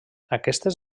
aquestes